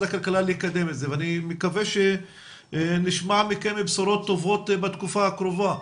הכלכלה לקדם את זה ואני מקווה שנשמע מכם בשורות טובות בתקופה הקרובה.